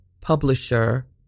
publisher